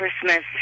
Christmas